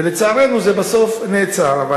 ולצערנו, זה נעצר בסוף.